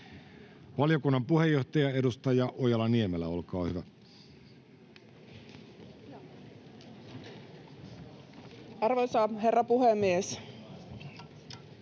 Valiokunnan puheenjohtaja, edustaja Ojala-Niemelä, olkaa hyvä. [Speech 99] Speaker: